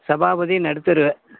Sabapathi Nadutheru